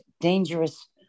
dangerous